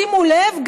שימו לב,